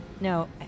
No